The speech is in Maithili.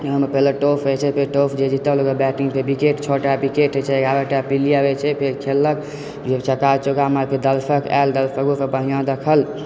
अहूमे पहिने टॉस होइत छै फेर टॉस जे जीतल ओकर बैटिङ्ग फेर विकेट छओ टा विकेट होइत छै एगारहटा प्लेयर होइत छै फेर खेललके लोक चौका छक्का मारतै दर्शक आयल दर्शको सब बढ़िआँ देखल